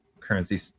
currency